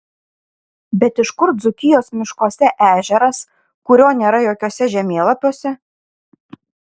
bet iš kur dzūkijos miškuose ežeras kurio nėra jokiuose žemėlapiuose